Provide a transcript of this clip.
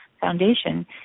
foundation